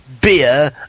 beer